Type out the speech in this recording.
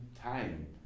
time